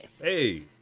Hey